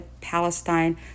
Palestine